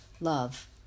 love